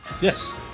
Yes